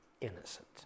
innocent